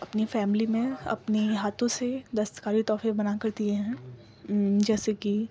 اپنی فیملی میں اپنی ہاتھوں سے دستکاری تحفے بنا کر دیئے ہیں جیسے کہ